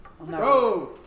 Bro